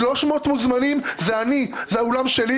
300 מוזמנים זה אני, זה האולם שלי.